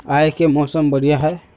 आय के मौसम बढ़िया है?